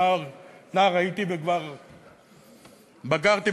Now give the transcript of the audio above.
נער הייתי וכבר בגרתי,